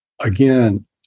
Again